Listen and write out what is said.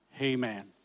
Amen